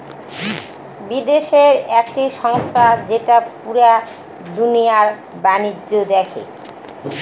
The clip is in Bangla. বিদেশের একটি সংস্থা যেটা পুরা দুনিয়ার বাণিজ্য দেখে